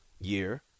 year